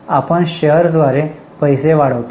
आपण शेअर्सद्वारे पैसे वाढवतो